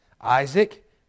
Isaac